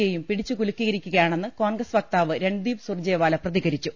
യെയും പിടിച്ചുകുലുക്കിയിരിക്കു കയാണെന്ന് കോൺഗ്രസ് വക്താവ് രൺദീപ് സുർജേവാല പ്രതികരിച്ചു